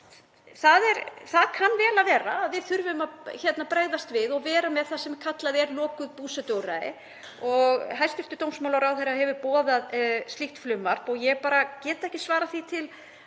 það kann vel að vera að við þurfum að bregðast við og vera með það sem kallað er lokuð búsetuúrræði og hæstv. dómsmálaráðherra hefur boðað slíkt frumvarp. Ég get ekki svarað því af